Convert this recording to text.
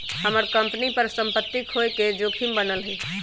हम्मर कंपनी पर सम्पत्ति खोये के जोखिम बनल हई